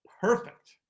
perfect